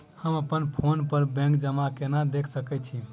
हम अप्पन फोन पर बैंक जमा केना देख सकै छी?